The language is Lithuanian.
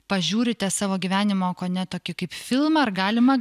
pažiūrite savo gyvenimo kone tokį kaip filmą ar galima